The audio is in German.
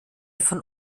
von